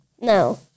No